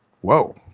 Whoa